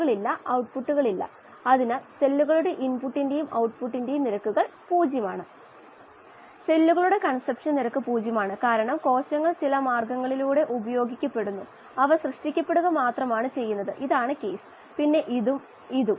നമ്മൾ മുന്പു കണ്ടത് പോലെ ഇവിടെ a യൂണിറ്റ് വ്യാപ്തത്തിലുള്ള ഇൻറെര്ഫെസിയൽ ഏരിയ മൊൾ ഫ്രാക്ഷൻ അടിസ്ഥാനത്തിൽ മൊത്തം മാസ് ട്രാൻസ്ഫർ കോയെഫിഷ്യന്റ്